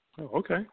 Okay